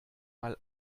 mal